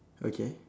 okay